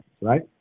right